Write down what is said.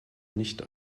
nicht